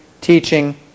teaching